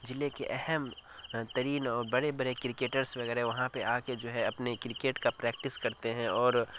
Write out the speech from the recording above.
ضلع کے اہم ترین اور بڑے بڑے کرکٹرس وغیرہ وہاں پہ آ کے جو ہے اپنے کرکٹ کا پریکٹس کرتے ہیں اور